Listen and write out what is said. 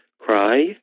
cry